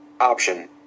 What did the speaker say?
Option